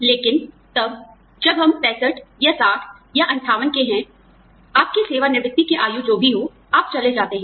लेकिन तब जब हम 65 या 60 या 58 के हैं आपकी सेवानिवृत्ति की आयु जो भी है आप चले जाते हैं